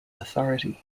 authority